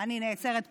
אני נעצרת פה,